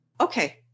Okay